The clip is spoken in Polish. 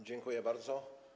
Dziękuję bardzo.